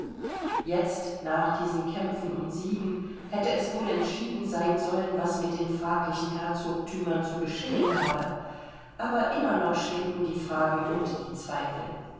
jetzt nach diesen kämpfen und siegen hätte es wohl entschieden sein sollen was mit den fraglichen herzogtümern zu geschehen habe aber immer noch schwebten die fragen und die zweifel